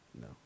No